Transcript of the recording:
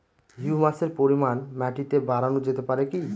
হিউমাসের পরিমান মাটিতে বারানো যেতে পারে কি?